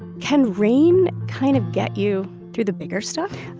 can rain kind of get you through the bigger stuff?